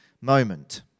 moment